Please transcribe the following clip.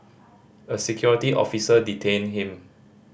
a security officer detained him